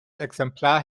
exemplar